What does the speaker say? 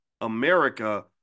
America